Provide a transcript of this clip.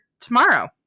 tomorrow